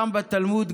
גם בתלמוד,